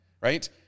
right